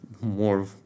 more